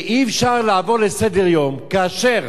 ואי-אפשר לעבור לסדר-היום כאשר,